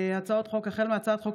החל בהצעת חוק